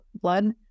blood